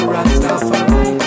Rastafari